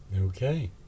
Okay